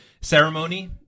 Ceremony